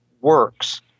works